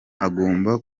agomba